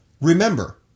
Remember